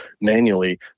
manually